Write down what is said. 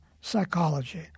psychology